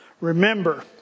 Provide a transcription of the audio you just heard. Remember